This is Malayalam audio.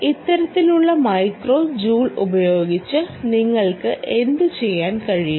ഇത്തരത്തിലുള്ള മൈക്രോ ജൂൾസ് ഉപയോഗിച്ച് നിങ്ങൾക്ക് എന്തുചെയ്യാൻ കഴിയും